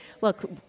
look